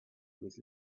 with